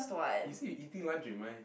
you said you eating lunch with Mai